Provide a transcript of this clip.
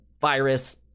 virus